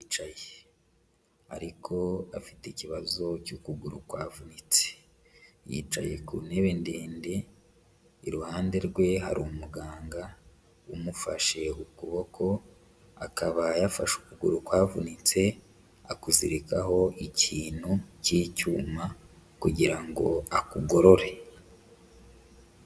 Yicaye ariko afite ikibazo cy'ukuguru kwavunitse, yicaye ku ntebe ndende, iruhande rwe hari umuganga umufashe ukuboko, akaba yafashe ukuguru kwavunitse akuzirikaho ikintu cy'icyuma kugira ngo akugorore.